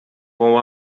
bom